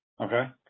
Okay